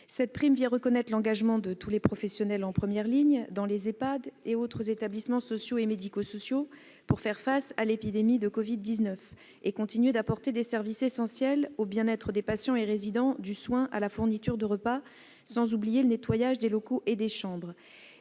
les établissements d'hébergement pour personnes âgées dépendantes (Ehpad) et autres établissements sociaux et médico-sociaux, pour faire face à l'épidémie de covid-19 et continuer d'apporter des services essentiels au bien-être des patients et résidents, du soin à la fourniture de repas, sans oublier le nettoyage des locaux et des chambres.